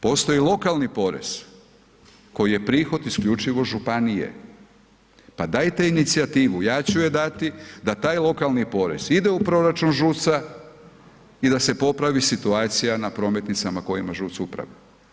Postoji lokalni porez koji je prihod isključivo županije, pa dajte inicijativu, ja ću je dati da taj lokalni porez ide u proračun ŽUC-a i da se popravi situacija na prometnicama koje ima ŽUC upravu.